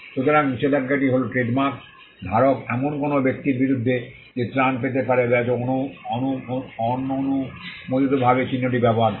সুতরাং নিষেধাজ্ঞাটি হল ট্রেডমার্ক ধারক এমন কোনও ব্যক্তির বিরুদ্ধে যে ত্রাণ পেতে পারে যা অননুমোদিতভাবে চিহ্নটি ব্যবহার করে